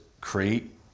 create